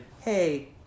hey